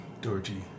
Dorji